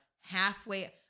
halfway